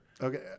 Okay